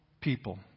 people